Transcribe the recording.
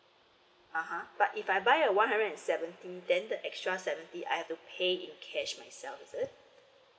(uh huh) but if I buy a one hundred and seventy then the extra seventy I have to pay in cash myself is it